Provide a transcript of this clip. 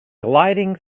gliding